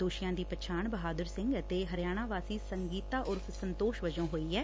ਦੋਸ਼ੀਆਂ ਦੀ ਪਛਾਣ ਬਹਾਦੁਰ ਸਿੰਘ ਅਤੇ ਹਰਿਆਣਾ ਵਾਸੀ ਸੰਗੀਤਾ ਉਰਫ਼ ਸੰਤੋਸ਼ ਵਜੋਂ ਹੋਈ ਐ